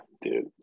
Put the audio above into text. dude